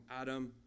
Adam